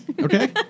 Okay